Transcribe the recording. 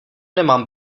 nemám